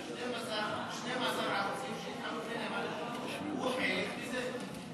12 ערוצים יתחרו ביניהם על השידור, והוא חלק מזה.